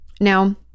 Now